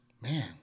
man